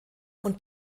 und